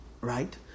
right